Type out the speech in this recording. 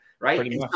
right